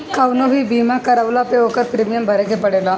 कवनो भी बीमा करवला पअ ओकर प्रीमियम भरे के पड़ेला